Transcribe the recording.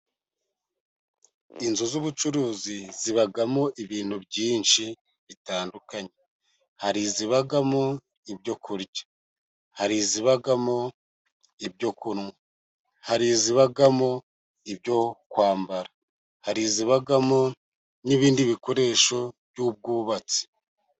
Inzu z'ubucuruzi zibamo ibintu byinshi bitandukanye. Hari izibamo ibyo kurya, hari izibamo ibyo kunywa, hari izibamo ibyo kwambara, hari izibamo n'ibindi bikoresho by'ubwubatsi.